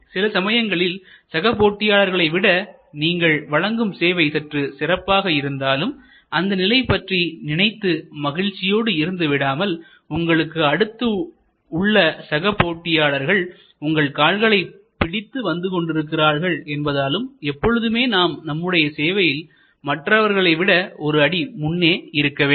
சில சமயங்களில் சக போட்டியாளர்களை விட நீங்கள் வழங்கும் சேவை சற்று சிறப்பாக இருந்தாலும் அந்த நிலை பற்றி நினைத்து மகிழ்ச்சியோடு இருந்துவிடாமல்உங்களுக்கு அடுத்து உள்ள சக போட்டியாளர்கள் உங்கள் கால்களை பிடித்து வந்து கொண்டிருக்கிறார்கள் என்பதாலும் எப்பொழுதுமே நாம் நம்முடைய சேவையில் மற்றவர்களை விட ஒரு அடி முன்னே இருக்கவேண்டும்